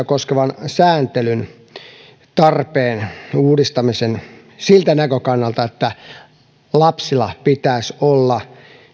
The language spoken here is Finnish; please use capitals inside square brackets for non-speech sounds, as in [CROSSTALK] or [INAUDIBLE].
[UNINTELLIGIBLE] koskevan sääntelyn [UNINTELLIGIBLE] [UNINTELLIGIBLE] uudistamisen tarpeen siltä näkökannalta että lapsilla pitäisi olla